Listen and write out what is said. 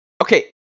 okay